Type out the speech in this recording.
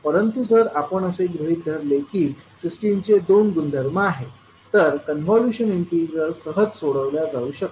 परंतु जर आपण असे गृहीत धरले की सिस्टमचे दोन गुणधर्म आहेत तर कॉन्व्होल्यूशन इंटिग्रल सहज सोडवल्या जाऊ शकते